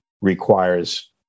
requires